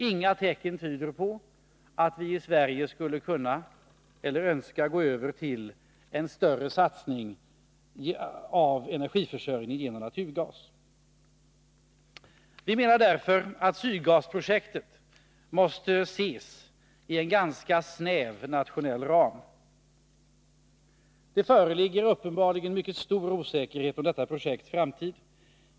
Inga tecken tyder på att vi i Sverige skulle kunna eller önska gå över till en större satsning på energiförsörjning genom naturgas. Vi menar därför att Sydgasprojektet måste ses inom en ganska snäv nationell ram. Det föreligger uppenbarligen mycket stor osäkerhet om detta projekts framtid.